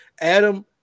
Adam